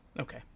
Okay